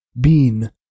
Bean